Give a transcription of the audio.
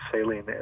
saline